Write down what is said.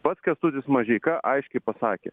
pats kęstutis mažeika aiškiai pasakė